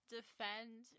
Defend